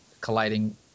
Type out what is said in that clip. colliding